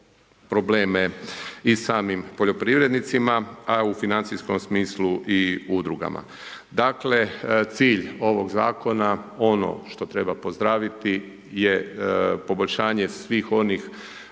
probleme i samim poljoprivrednicima, a u financijskom smislu udrugama. Dakle, cilj ovog zakona, ono što treba pozdraviti je poboljšanje svih onih